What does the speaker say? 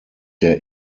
der